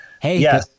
Hey